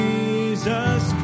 Jesus